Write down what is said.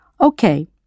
Okay